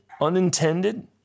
Unintended